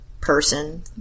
person